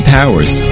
Powers